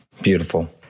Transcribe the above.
beautiful